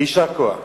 ויישר כוח.